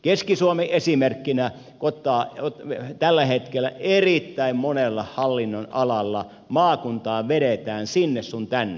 keski suomen esimerkkinä kun ottaa niin tällä hetkellä erittäin monella hallinnonalalla maakuntaa vedetään sinne sun tänne